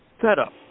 setup